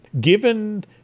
Given